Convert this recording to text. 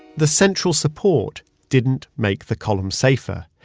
the central support didn't make the column safer.